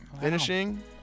finishing